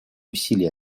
усилий